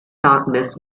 darkness